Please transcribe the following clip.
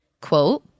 Quote